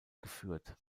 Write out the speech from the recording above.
geführt